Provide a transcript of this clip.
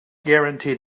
guaranteed